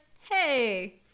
hey